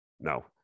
no